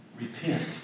repent